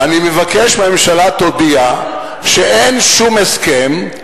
אני מבקש שהממשלה תודיע שאין שום הסכם,